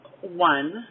one